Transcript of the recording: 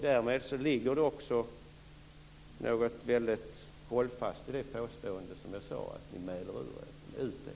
Därmed ligger det också något väldigt hållfast i mitt påstående att ni mäler ut er.